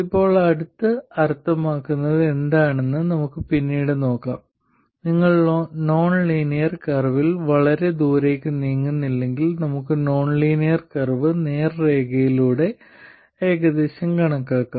ഇപ്പോൾ അടുത്ത് അർത്ഥമാക്കുന്നത് എന്താണെന്ന് നമുക്ക് പിന്നീട് നോക്കാം നിങ്ങൾ നോൺലീനിയർ കർവിൽ വളരെ ദൂരേക്ക് നീങ്ങുന്നില്ലെങ്കിൽ നമുക്ക് നോൺലീനിയർ കർവ് നേർരേഖയിലൂടെ ഏകദേശം കണക്കാക്കാം